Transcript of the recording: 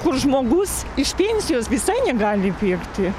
kur žmogus iš pensijos visai negali įpirkti